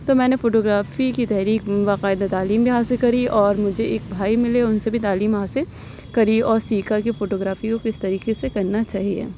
تو میں نے فوٹو گرافی کی تحریک باقاعدہ تعلیم بھی حاصل کری اور مجھے ایک بھائی ملے اُن سے بھی تعلیم حاصل کری اور سیکھا کہ فوٹو گرافی کو کس طریقے سے کرنا چاہیے